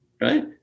right